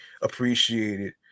appreciated